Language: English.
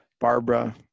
Barbara